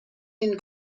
این